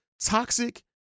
toxic